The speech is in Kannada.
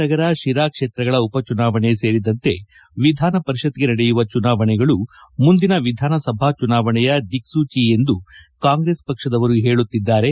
ನಗರ ಶಿರಾ ಕ್ಷೇತ್ರಗಳ ಉಪಚುನಾವಣೆ ಸೇರಿದಂತೆ ವಿಧಾನ ಪರಿಷತ್ಗೆ ನೆಯುವ ಚುನಾವಣೆಗಳು ಮುಂದಿನ ವಿಧಾನ ಸಭಾ ಚುನಾವಣೆಯ ದಿಕ್ಲೂಚಿ ಎಂದು ಕಾಂಗ್ರೆಸ್ ಪಕ್ಷದವರು ಹೇಳುತ್ತಿದ್ದಾರೆ